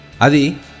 Adi